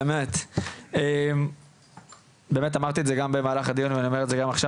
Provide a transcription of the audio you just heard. באמת אמרתי את זה גם במהלך הדיון ואני אומר את זה גם עכשיו,